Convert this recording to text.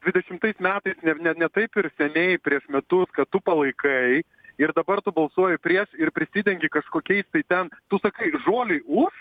dvidešimtais metais ne ne ne taip ir seniai prieš metus kad tu palaikai ir dabar tu balsuoji prieš ir prisidengi kažkokiais tai ten tu sakai žolei už